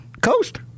Coast